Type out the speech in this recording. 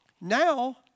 now